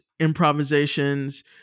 improvisations